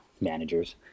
managers